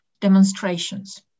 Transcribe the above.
demonstrations